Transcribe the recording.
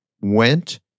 went